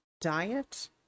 diet